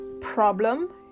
problem